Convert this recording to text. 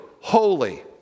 holy